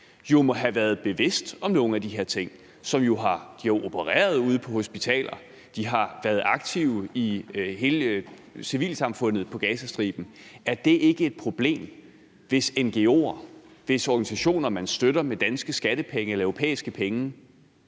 jo må have været bevidst om nogle af de ting. De har jo opereret ude på hospitalerne, og de har været aktive i hele civilsamfundet på Gazastriben. Er det ikke et problem, hvis ngo'er, organisationer, som man støtter med danske skattepenge eller europæiske penge,